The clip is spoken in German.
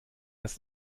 das